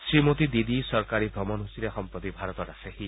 শ্ৰীমতী দিদি চৰকাৰী ভ্ৰমণসুচীৰে সম্প্ৰতি ভাৰতত আছেহি